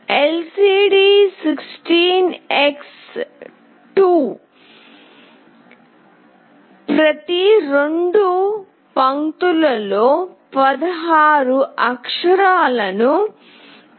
LCD16x2 ప్రతి రెండు పంక్తులలో 16 అక్షరాలను ప్రదర్శించగలదు